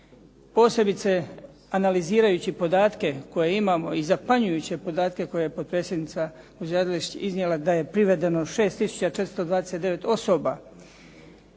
Posebice analizirajući podatke koje imamo i zapanjujuće podatke koje je potpredsjednica gospođa Adlešić iznijela da je privedeno 6 tisuća 429 osoba.